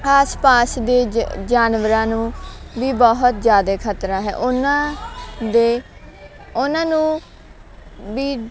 ਆਸ ਪਾਸ ਦੇ ਜ ਜਾਨਵਰਾਂ ਨੂੰ ਵੀ ਬਹੁਤ ਜ਼ਿਆਦਾ ਖਤਰਾ ਹੈ ਉਹਨਾਂ ਦੇ ਉਹਨਾਂ ਨੂੰ ਵੀ